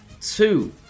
two